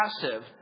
passive